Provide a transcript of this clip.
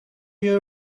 you